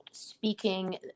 speaking